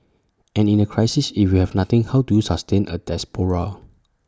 and in the crisis if we have nothing how do you sustain A diaspora